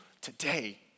today